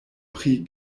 pri